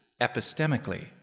epistemically